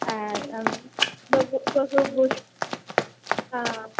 आ अहं बहु बहु बुश् आ